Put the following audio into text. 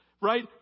Right